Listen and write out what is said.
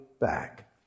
back